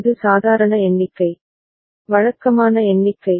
இது சாதாரண எண்ணிக்கை வழக்கமான எண்ணிக்கை